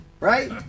right